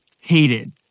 hated